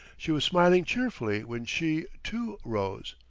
she was smiling cheerfully when she, too, rose.